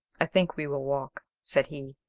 i think we will walk, said he,